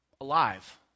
alive